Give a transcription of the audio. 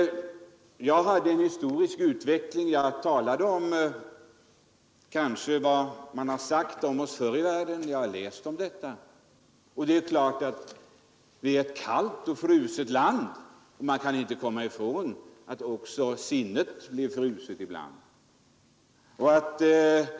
Jag gjorde en historiebeskrivning, där jag tog upp vad man förr i världen sagt om oss svenskar. Jag har läst om detta, och det är ju så att vi har ett kallt och fruset land. Man kan inte komma ifrån att också sinnet blir fruset ibland.